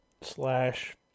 slash